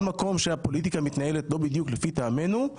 מקום שהפוליטיקה מתנהלת לא בדיוק לפי טעמנו,